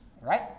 right